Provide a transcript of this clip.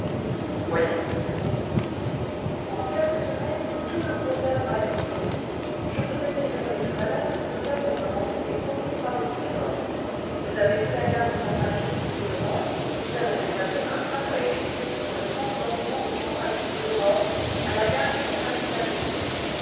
vous voyez répondit celui-ci en quelques semaines tout le grosoeuvre a été fait je vous ai téléphoné tout à l'heure que nous allions commencer les premiers travaux du fort vous avez vu la gare de centraltube côté europe nous allons établir un tramway électrique pour le transbordement de central tùbe europe à la gare